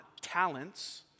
talents